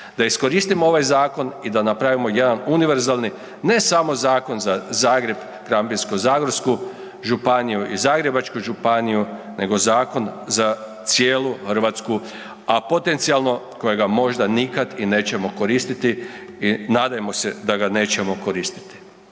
da iskoristimo ovaj zakon i da napravimo jedan univerzalni ne samo zakon za Zagreb, Krapinsko-zagorsku županiju i Zagrebačku županiju, nego zakon za cijelu Hrvatsku, a potencijalno kojega možda nikada i nećemo koristiti i nadajmo se da ga nećemo koristiti.